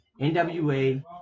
NWA